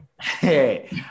Hey